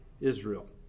Israel